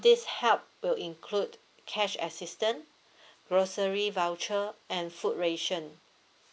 this help will include cash assistance grocery voucher and food ration